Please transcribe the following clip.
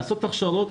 לעשות הכשרות.